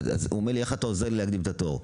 הוא שואל אותי איך אני יכול לעזור לו להקדים את התור?